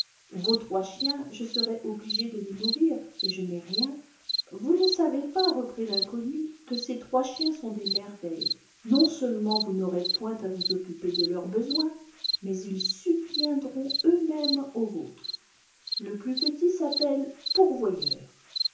vos trois chiens je serais obligé de les nourrir et je n'ai rien vous ne savez pas reprit l'iuconnu que ces trois chiens sont des merveilles xon seulement vous n'aurez point à vous occuper de leurs besoins mais ils sabviendront eux mè nes aux vôtres le plus petit s'appelle pourvoyeur